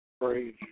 Praise